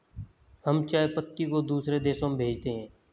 हम चाय पत्ती को दूसरे देशों में भेजते हैं